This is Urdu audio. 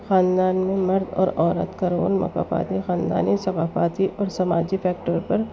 خاندان میں مرد اور عورت کا رول مکافاتی خاندانی ثقافاتی اور سماجی فیکٹر پر